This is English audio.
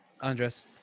Andres